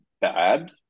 bad